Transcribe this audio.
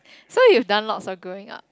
so you done lots while growing up